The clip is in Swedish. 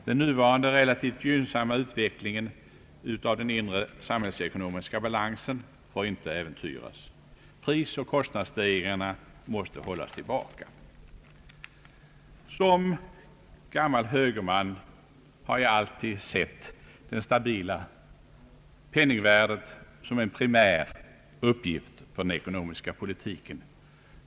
Den nuvarande relativt gynnsamma utvecklingen i fråga om den inre samhällsekonomiska balansen får inte äventyras. Prisoch kostnadsstegringarna måste hållas tillbaka. Som gammal högerman har jag alltid sett upprätthållandet av det stabila penningvärdet som en primär uppgift för den ekonomiska politiken.